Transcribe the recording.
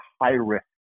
high-risk